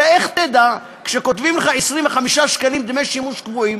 הרי איך תדע כשכותבים לך 25 שקלים דמי שימוש קבועים